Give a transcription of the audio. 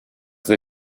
they